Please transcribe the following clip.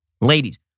Ladies